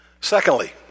Secondly